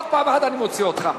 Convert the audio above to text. עוד פעם אחת, אני מוציא אותך.